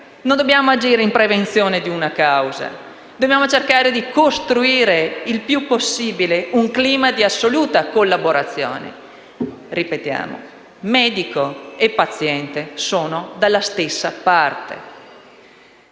Non dobbiamo agire per prevenire una eventuale causa; dobbiamo cercare di costruire il più possibile un clima di assoluta collaborazione. Ripetiamo, medico e paziente sono dalla stessa parte.